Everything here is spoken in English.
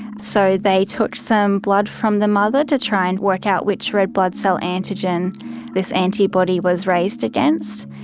so they took some blood from the mother to try and work out which red blood cell antigen this antibody was raised against.